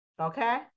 Okay